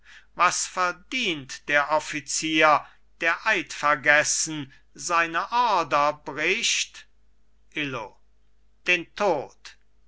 was verdient der offizier der eidvergessen seine ordre bricht illo den tod